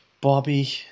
Bobby